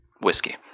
whiskey